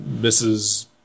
Mrs